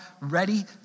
ready